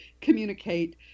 communicate